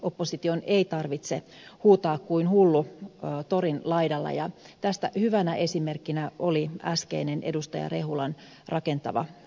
opposition ei tarvitse huutaa kuin hullu torin laidalla ja tästä hyvänä esimerkkinä oli äskeinen edustaja rehulan rakentava puheenvuoro